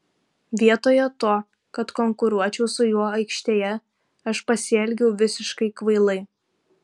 vietoje to kad konkuruočiau su juo aikštėje aš pasielgiau visiškai kvailai